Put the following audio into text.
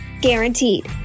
Guaranteed